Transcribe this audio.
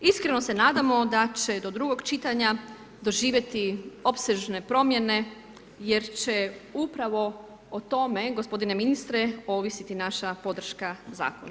Iskreno se nadamo da će do drugog čitanja doživjeti opsežne promjene jer će upravo o tome, gospodine ministre, ovisiti naša podrška zakona.